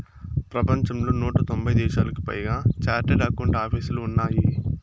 ప్రపంచంలో నూట తొంభై దేశాలకు పైగా చార్టెడ్ అకౌంట్ ఆపీసులు ఉన్నాయి